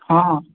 ହଁ